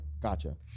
Gotcha